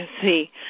see